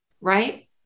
right